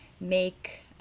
make